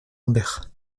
lambert